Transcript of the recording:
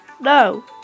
No